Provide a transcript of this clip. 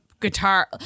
guitar